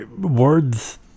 words